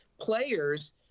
players